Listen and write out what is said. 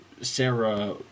Sarah